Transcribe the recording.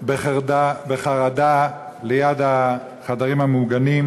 בחרדה ליד החדרים הממוגנים,